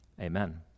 Amen